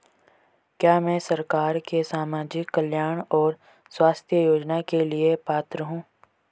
क्या मैं सरकार के सामाजिक कल्याण और स्वास्थ्य योजना के लिए पात्र हूं?